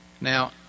Now